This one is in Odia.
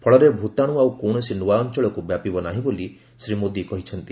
ଫଳରେ ଭୂତାଣୁ ଆଉ କୌଣସି ନୂଆ ଅଞ୍ଚଳକୁ ବ୍ୟାପିବ ନାହିଁ ବୋଲି ଶ୍ରୀ ମୋଦି କହିଛନ୍ତି